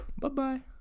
bye-bye